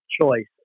choice